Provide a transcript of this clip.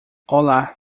olá